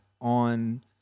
on